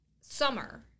summer